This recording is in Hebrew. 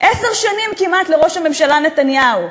עשר שנים כמעט לראש הממשלה נתניהו,